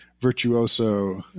virtuoso